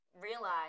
realize